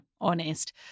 honest